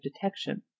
detection